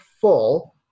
full